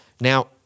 now